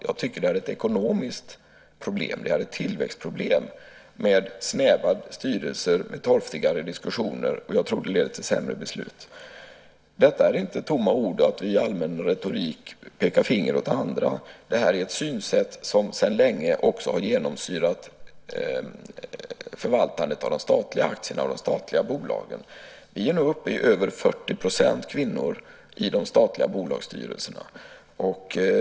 Jag tycker att det är ett ekonomiskt problem och ett tillväxtproblem med snäva styrelser med torftigare diskussioner, och jag tror att det leder till sämre beslut. Det är inte tomma ord att i allmän retorik peka finger åt andra. Det här är ett synsätt som sedan länge har genomsyrat förvaltandet av de statliga aktierna i de statliga bolagen. Man är nu uppe i över 40 % kvinnor i de statliga bolagsstyrelserna.